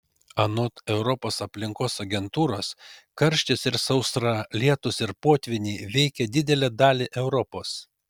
anot europos aplinkos agentūros karštis ir sausra lietūs ir potvyniai veikia didelę dalį europos